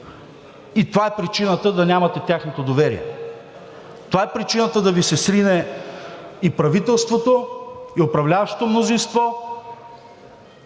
И това е причината да нямате тяхното доверие. Това е причината да Ви се срине и правителството, и управляващото мнозинство.